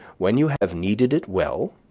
when you have kneaded it well,